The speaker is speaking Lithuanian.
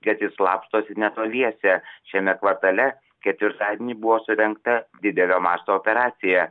kad jis slapstosi netoliese šiame kvartale ketvirtadienį buvo surengta didelio masto operacija